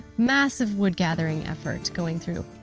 massive wood gathering effort going through.